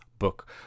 book